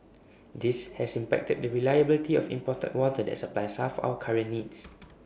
this has impacted the reliability of imported water that supplies half our current needs